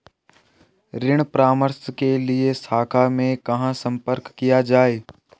ऋण परामर्श के लिए शाखा में कहाँ संपर्क किया जाए?